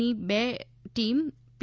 ની બે ટીમ પી